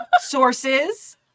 Sources